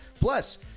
Plus